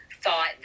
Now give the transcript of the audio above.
thought